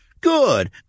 Good